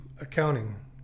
accounting